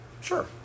sure